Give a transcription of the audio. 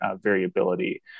variability